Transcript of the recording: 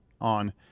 on